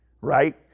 right